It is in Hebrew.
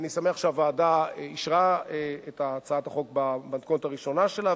אני שמח שהוועדה אישרה את הצעת החוק במתכונת הראשונה שלה,